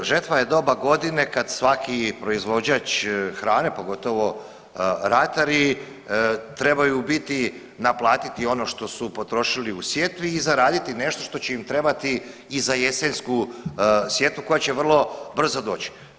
Da, žetva je doba godine kad svaki proizvođač hrane, pogotovo ratari trebaju biti naplatiti ono što su potrošili u sjetvi i zaraditi nešto što će im trebati i za jesensku sjetvu koja će vrlo brzo doći.